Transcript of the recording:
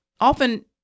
often